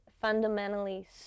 fundamentally